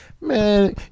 man